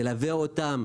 נלווה אותם,